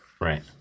Right